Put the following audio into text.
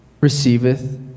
receiveth